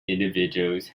individuals